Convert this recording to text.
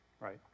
right